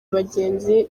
abagenzi